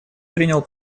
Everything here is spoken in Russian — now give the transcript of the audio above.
принял